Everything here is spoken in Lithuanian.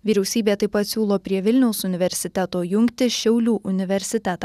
vyriausybė taip pat siūlo prie vilniaus universiteto jungti šiaulių universitetą